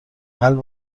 قلب